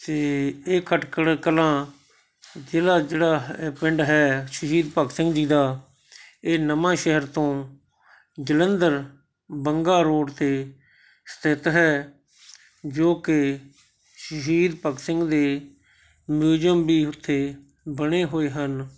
ਅਤੇ ਇਹ ਖਟਕੜ ਕਲਾਂ ਜ਼ਿਲ੍ਹਾ ਜਿਹੜਾ ਹ ਪਿੰਡ ਹੈ ਸ਼ਹੀਦ ਭਗਤ ਸਿੰਘ ਜੀ ਦਾ ਇਹ ਨਵਾਂਸ਼ਹਿਰ ਤੋਂ ਜਲੰਧਰ ਬੰਗਾ ਰੋਡ 'ਤੇ ਸਥਿਤ ਹੈ ਜੋ ਕਿ ਸ਼ਹੀਦ ਭਗਤ ਸਿੰਘ ਦੇ ਮਿਊਜ਼ੀਅਮ ਵੀ ਉੱਥੇ ਬਣੇ ਹੋਏ ਹਨ